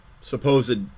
supposed